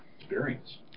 experience